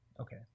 Okay